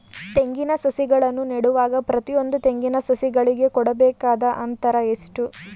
ತೆಂಗಿನ ಸಸಿಗಳನ್ನು ನೆಡುವಾಗ ಪ್ರತಿಯೊಂದು ತೆಂಗಿನ ಸಸಿಗಳಿಗೆ ಕೊಡಬೇಕಾದ ಅಂತರ ಎಷ್ಟು?